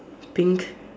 pink